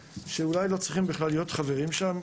שאולי לא צריכים בכלל להיות חברים שם.